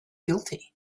guilty